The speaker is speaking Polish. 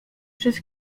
przez